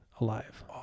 alive